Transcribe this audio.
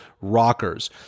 rockers